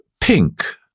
Pink